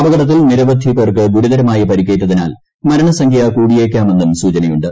അപകടത്തിൽ നിരവധി പേർക്ക് ഗുരുതരമായ പരിക്കേറ്റതിനാൽ മരണസംഖ്യ കൂടിയേക്കാമെന്നും സൂചനയുണ്ട്